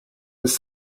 was